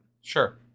Sure